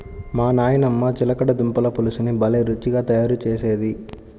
మా నాయనమ్మ చిలకడ దుంపల పులుసుని భలే రుచిగా తయారు చేసేది